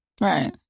right